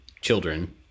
children